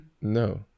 No